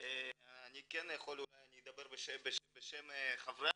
אני אדבר בשם חברי